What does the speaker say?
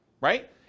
right